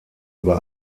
über